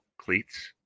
cleats